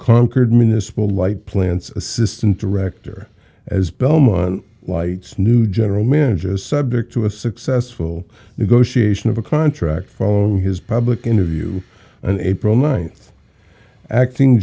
concord municipal light plants assistant director as ballmer white's new general manager subject to a successful negotiation of a contract following his public interview in april ninth acting